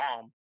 mom